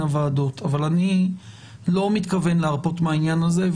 הוועדות אבל אני לא מתכוון להרפות מהעניין הזה.